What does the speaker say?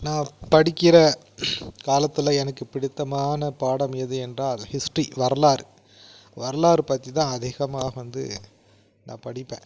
நான் படிக்கிற காலத்தில் எனக்குப் பிடித்தமான பாடம் எது என்றால் ஹிஸ்ட்ரி வரலாறு வரலாறு பற்றி தான் அதிகமாக வந்து நான் படிப்பேன்